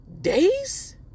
days